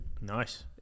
nice